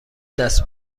دست